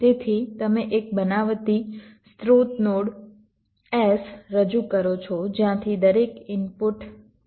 તેથી તમે એક બનાવટી સ્રોત નોડ s રજૂ કરો છો જ્યાંથી દરેક ઇનપુટ તરફ એડ્જ હશે